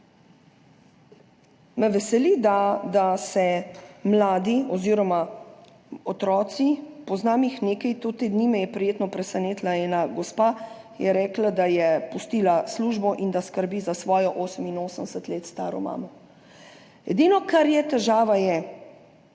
Me veseli, da se mladi oziroma otroci, poznam jih nekaj, tudi te dni me je prijetno presenetila ena gospa, je rekla, da je pustila službo in da skrbi za svojo 88 let staro mamo. Edino, kar je težava, je,